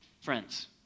friends